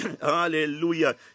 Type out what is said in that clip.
hallelujah